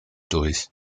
durch